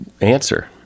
answer